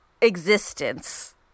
existence